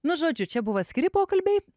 nu žodžiu čia buvo atskiri pokalbiai